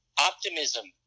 optimism